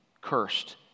cursed